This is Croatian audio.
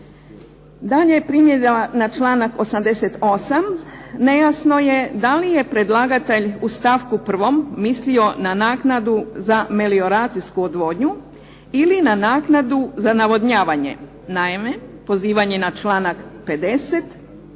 Dalje primjedba na članak 88. nejasno je da li je predlagatelj u stavku 1. mislio na naknadu za melioracijsku odvodnju ili na naknadu za navodnjavanje. Naime, pozivanje na članak 50.